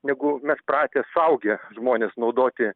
negu mes pratę suaugę žmonės naudoti